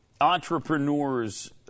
entrepreneurs